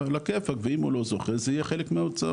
על הכיפק ואם הוא לא זוכה זה יהיה חלק מההוצאות,